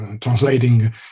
translating